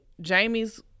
Jamie's